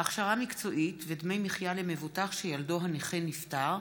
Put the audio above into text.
(הכשרה מקצועית ודמי מחיה למבוטח שילדו הנכה נפטר),